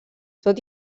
tot